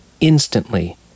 instantly